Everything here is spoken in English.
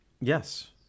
Yes